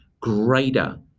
greater